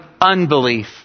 unbelief